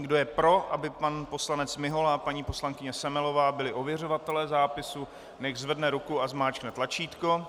Kdo je pro, aby pan poslanec Mihola a paní poslankyně Semelová byli ověřovatelé zápisu, nechť zvedne ruku a zmáčkne tlačítko.